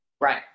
right